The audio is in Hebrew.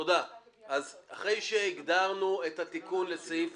אז אחרי שהגדרנו את התיקון לסעיף